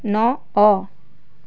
ନଅ